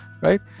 Right